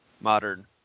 modern